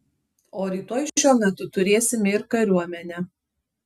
o rytoj šiuo metu turėsime ir kariuomenę